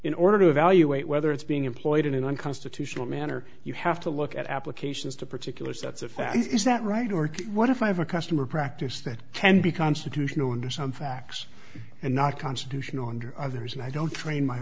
in order to evaluate whether it's being employed in an unconstitutional manner you have to look at applications to particular sets of facts is that right or what if i have a customer practice that can be constitutional under some facts and not constitutional under others and i don't train my